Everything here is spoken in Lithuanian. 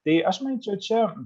tai aš manyčiau čia